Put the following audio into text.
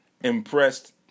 impressed